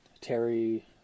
Terry